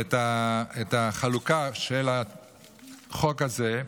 את החלוקה של החוק הזה,